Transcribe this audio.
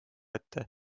ette